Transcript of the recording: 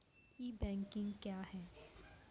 ई banking क्या हैं?